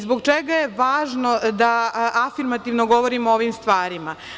Zbog čega je važno da afirmativno govorimo o ovim stvarima?